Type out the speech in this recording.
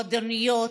מועדוניות,